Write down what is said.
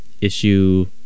issue